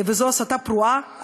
וזו הסתה פרועה,